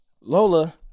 Lola